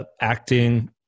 acting